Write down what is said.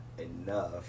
Enough